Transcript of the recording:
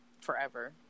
forever